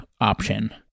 option